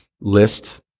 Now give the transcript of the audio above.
list